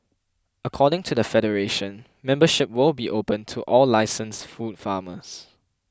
according to the federation membership will be opened to all licensed food farmers